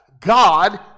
God